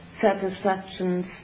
satisfactions